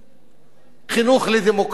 חינוך לדמוקרטיה וחינוך,